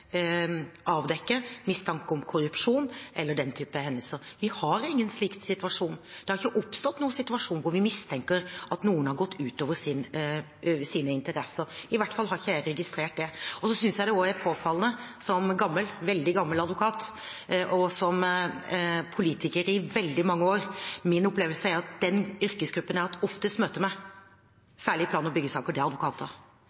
avdekke mistanke om korrupsjon eller den typen hendelser. Vi har ingen slik situasjon. Det har ikke oppstått noen situasjon hvor vi mistenker at noen har gått utover sine interesser. I hvert fall har ikke jeg registrert det. Så synes jeg det også er påfallende, som gammel – veldig gammel – advokat og som politiker i veldig mange år, at min opplevelse er at den yrkesgruppen jeg har hatt oftest møte